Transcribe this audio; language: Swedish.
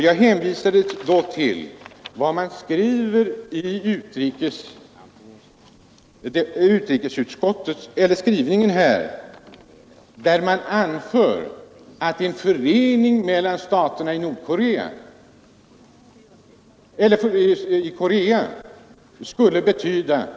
Jag hänvisade då till utskottets skrivning, där det anförs att en förening mellan staterna i Korea skulle vara av väsentlig betydelse när det gäller vårt erkännande: ”Skulle en återförening mellan Nordoch Sydkorea komma till stånd bör Sverige givetvis erkänna den återförenade Men det ligger ju så långt i framtiden. Vad vi nu diskuterar är erkännande av Demokratiska folkrepubliken Korea och inte en sammanslagning av de två staterna i Korea.